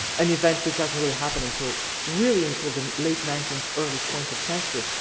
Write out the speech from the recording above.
an event which doesn't really happen until really until the late nineteenth, early twentieth century.